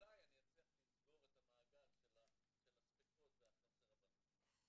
שאולי אני אצליח לסגור את המעגל של הספקות והחוסר הבנה.